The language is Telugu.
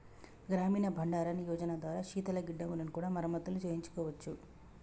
గ్రామీణ బండారన్ యోజన ద్వారా శీతల గిడ్డంగులను కూడా మరమత్తులు చేయించుకోవచ్చు